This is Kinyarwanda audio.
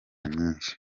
nyinshi